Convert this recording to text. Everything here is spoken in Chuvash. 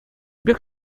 пек